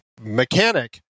mechanic